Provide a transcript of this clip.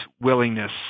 willingness